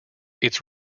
its